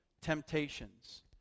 temptations